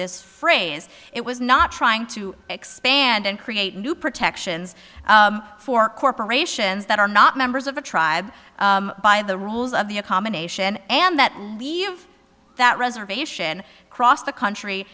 this phrase it was not trying to expand and create new protections for corporations that are not members of a tribe by the rules of the a combination and that leave that reservation across the country